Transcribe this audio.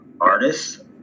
artists